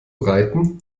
reiten